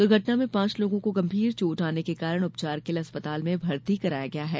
दुर्घटना मे पांच लोगों को गंभीर चोट आने के कारण उपचार के लिये अस्पताल में भर्ती कराया गया है